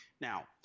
Now